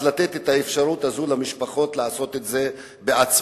לתת את האפשרות הזאת למשפחות לעשות את זה בעצמן.